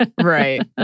Right